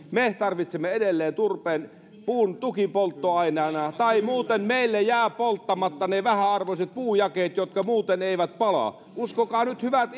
me tarvitsemme edelleen turpeen puun tukipolttoaineena tai muuten meillä jäävät polttamatta ne vähäarvoiset puujakeet jotka muuten eivät pala uskokaa nyt hyvät